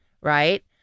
right